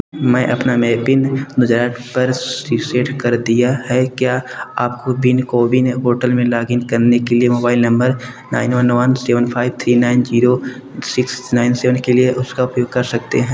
मैं अपना नया पिन दो हज़ार आठ पर रीसेट कर दिया है क्या आप कोविन पोर्टल में लॉग इन करने के लिए mobile number nine one one seven five three nine zero six nine seven के लिए उसका उपयोग कर सकते हैं